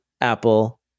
Apple